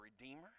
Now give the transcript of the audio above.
redeemer